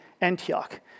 Antioch